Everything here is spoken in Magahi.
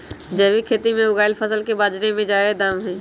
जैविक खेती से उगायल फसल के बाजार में जादे दाम हई